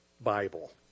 Bible